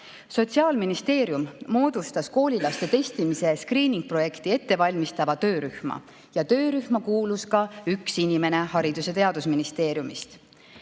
Sotsiaalministeerium moodustas koolilaste testimise ja skriiningu projekti ettevalmistava töörühma, kuhu kuulus ka üks inimene Haridus‑ ja Teadusministeeriumist.